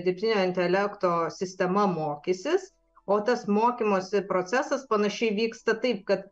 dirbtinio intelekto sistema mokysis o tas mokymosi procesas panašiai vyksta taip kad